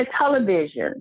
television